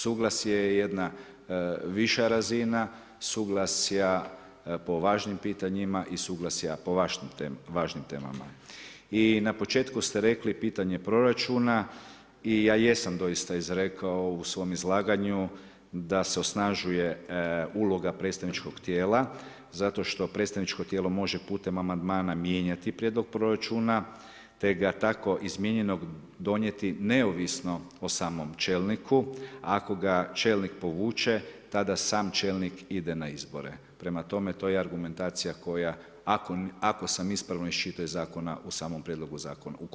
Suglasje je jedna viša razina, suglasja po važnim pitanjima i suglasja po važnim temama i na početku ste rekli pitanje proračuna i ja jesam doista izrekao u svom izlaganju sa se osnažuje uloga predstavničkog tijela zato što predstavničko tijelo može putem amandmana mijenjati prijedlog proračuna te ga tako izmijenjenog donijeti neovisno o samom čelniku, ako sa čelnik povuče tada sam čelnik ide na izbore, prema tome to je argumentacija koja ako sam ispravno iščitao iz zakona, u samom konačnom prijedlogu zakona i stoji.